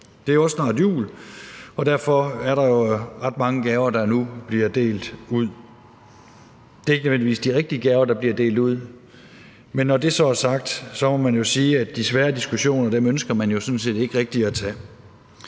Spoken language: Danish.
Det er jo også snart jul, og derfor er det ret mange gaver, der nu bliver delt ud. Det er ikke nødvendigvis de rigtige gaver, der bliver delt ud. Men når det så er sagt, må man jo sige, at regeringen sådan set ikke rigtig ønsker